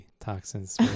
toxins